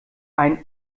ein